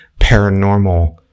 Paranormal